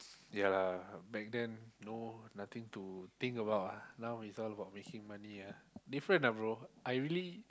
ya lah back then no nothing to think about ah now is all about making money ah different ah bro I really